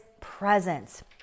presence